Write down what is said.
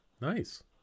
Nice